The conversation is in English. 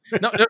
no